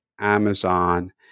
Amazon